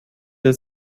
der